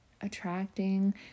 attracting